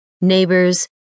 neighbors